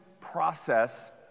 process